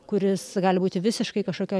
kuris gali būti visiškai kažkokioj